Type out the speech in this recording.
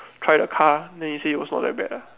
try the car then he say it was not that bad ah